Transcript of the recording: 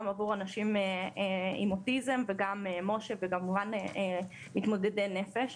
עבור אנשים עם אוטיזם וגם מש"ה וכמובן מתמודדי נפש.